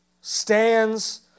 stands